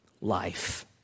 life